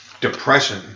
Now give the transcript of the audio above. depression